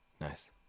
Nice